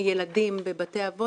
ילדים בבתי אבות,